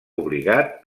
obligat